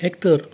एक तर